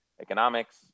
economics